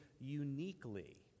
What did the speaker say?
uniquely